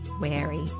wary